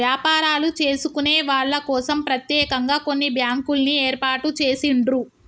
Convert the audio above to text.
వ్యాపారాలు చేసుకునే వాళ్ళ కోసం ప్రత్యేకంగా కొన్ని బ్యాంకుల్ని ఏర్పాటు చేసిండ్రు